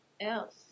else